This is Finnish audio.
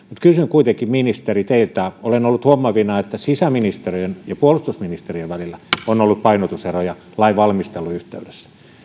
kysyn kuitenkin ministeri teiltä olen ollut huomaavinani että sisäministeriön ja puolustusministeriön välillä on ollut painotuseroja lain valmistelun yhteydessä